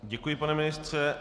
Děkuji, pane ministře.